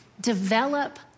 develop